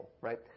right